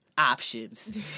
options